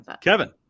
Kevin